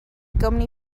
gwmni